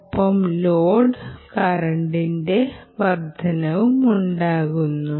ഒപ്പം ലോഡ് കറന്റിലെ വർദ്ധനവുമുണ്ടാകുന്നു